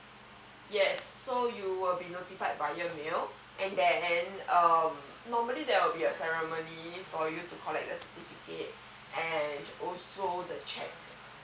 yes so you will be notified by your mail and then um normally there will be a ceremony for you to collect the certificate and also the check